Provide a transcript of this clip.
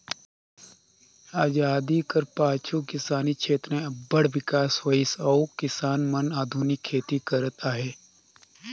अजादी कर पाछू किसानी छेत्र में अब्बड़ बिकास होइस अउ किसान मन आधुनिक खेती करत अहें